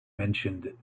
mentioned